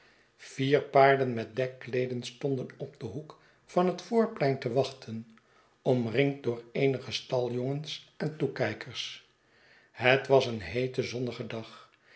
vier paarden met dekkleeden stonden op den hoek van het voorplein te wachten omringd door eenige staljongens en toekijkers het was een heete zonnige dag